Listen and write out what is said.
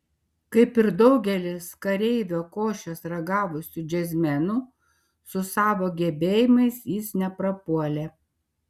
kaip ir daugelis kareivio košės ragavusių džiazmenų su savo gebėjimais jis neprapuolė